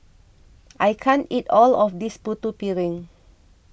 I can't eat all of this Putu Piring